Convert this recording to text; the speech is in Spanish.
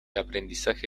aprendizaje